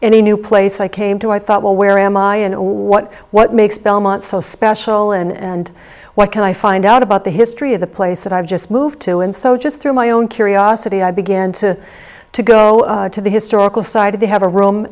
the new place i came to i thought well where am i and what what makes belmont so special and what can i find out about the history of the place that i've just moved to and so just through my own curiosity i began to to go to the historical site of the have a room